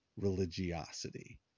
religiosity